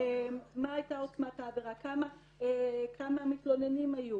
מה הייתה עוצמת העבירה, כמה מתלוננים היו